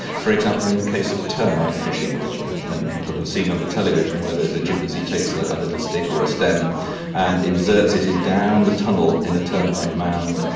for example in the case of termite fishing, which perhaps many people have seen on the television, where the the chimpanzee takes a a little stick or a stem and inserts it in down the tunnel in a termite mound.